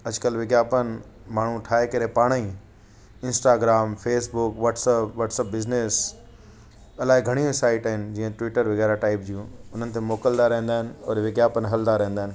अॼकल्ह विज्ञापन माण्हू ठाहे करे पाण ई इंस्टाग्राम फेसबुक वाट्सअप बिज़नैस अलाए घणियूं साइट आहिनि जीअं ट्विटर वग़ैरह टाइप जूं हुननि ते मोकिलींदा रहंदा आहिनि और विज्ञापन हलंदा रहंदा आहिनि